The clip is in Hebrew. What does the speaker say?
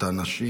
את הנשים